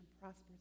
prosperous